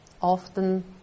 often